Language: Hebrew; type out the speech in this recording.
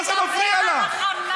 מה זה מפריע לך?